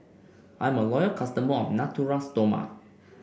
I'm a loyal customer of Natura Stoma